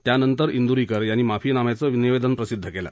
त्यानंतरच इंदूरीकर यांनी माफीनाम्याचं निवेदन प्रसिद्ध केलं